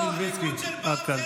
חבר הכנסת מלביצקי, עד כאן.